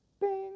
Bing